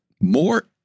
more